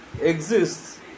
exists